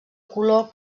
color